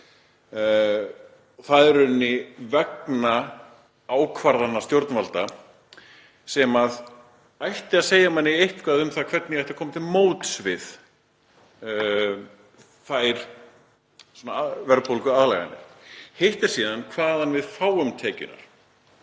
Það er í rauninni vegna ákvarðana stjórnvalda sem ætti að segja manni eitthvað um það hvernig ætti að koma til móts við þær verðbólguaðlaganir. Hitt er síðan hvaðan við fáum tekjurnar,